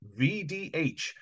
vdh